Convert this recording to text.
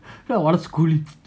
then I wanted scold him